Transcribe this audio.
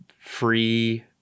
free